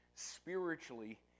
Spiritually